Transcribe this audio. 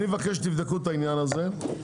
אני חושבת שאנחנו גרים בשכונה מאוד בעייתית,